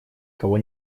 кого